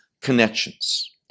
connections